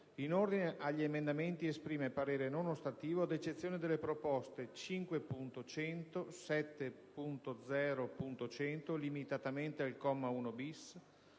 In ordine agli emendamenti, esprime parere non ostativo, ad eccezione delle proposte 5.100, 7.0.100 (limitatamente al comma 1-*bis*),